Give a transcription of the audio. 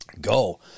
go